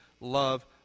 Love